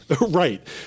right